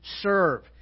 serve